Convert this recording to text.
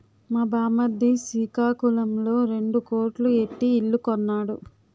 మా బామ్మర్ది సికాకులంలో రెండు కోట్లు ఎట్టి ఇల్లు కొన్నాడు